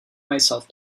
myself